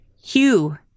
Hugh